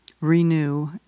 renew